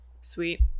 Sweet